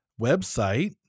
website